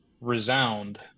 resound